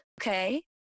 Okay